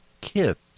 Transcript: Kids